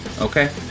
okay